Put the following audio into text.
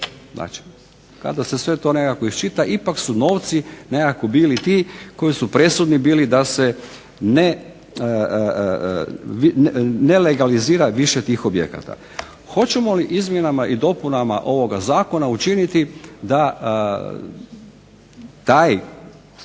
Znači, kada se sve to nekako iščita ipak su novci nekako bili ti koji su presudni bili da se ne legalizira više tih objekata. Hoćemo li izmjenama i dopunama ovoga Zakona učiniti da taj